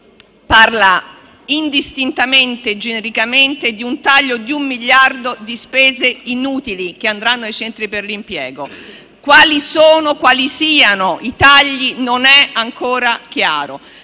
parla indistintamente e genericamente di un taglio di un miliardo di spese inutili che andranno ai centri per l'impiego. Quali siano i tagli non è ancora chiaro,